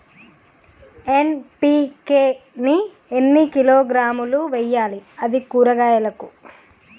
NPK ని ఎన్ని కిలోగ్రాములు వెయ్యాలి? అది కూరగాయలకు?